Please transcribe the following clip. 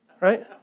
Right